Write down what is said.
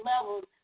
levels